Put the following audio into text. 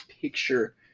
picture